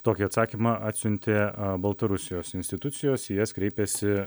tokį atsakymą atsiuntė baltarusijos institucijos į jas kreipėsi